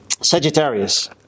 Sagittarius